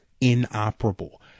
inoperable